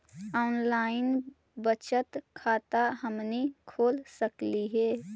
Online बचत खाता हमनी खोल सकली हे?